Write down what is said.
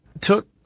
took